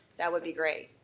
that would be great.